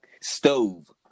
Stove